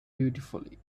beautifully